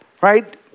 right